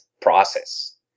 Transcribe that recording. process